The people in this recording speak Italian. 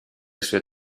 sue